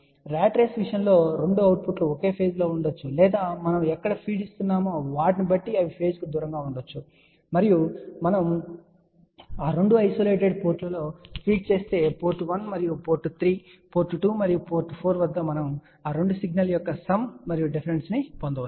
rat race విషయంలో 2 output లు ఒకే ఫేజ్ లో ఉండవచ్చు లేదా మనం ఎక్కడ ఫీడ్ ఇస్తున్నామో వాటిని బట్టి అవి పేజ్ కు దూరంగా ఉండవచ్చు మరియు మనము ఆ 2 ఐసోలేటెడ్ పోర్టులలో ఫీడ్ చేస్తే పోర్ట్ 1 మరియు పోర్ట్ 3 పోర్ట్ 2 మరియు 4 వద్ద మనము ఆ 2 సిగ్నల్ యొక్క సమ్ మరియు డిఫరెన్స్ ను పొందవచ్చు